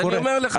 אני אומר לך.